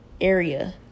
area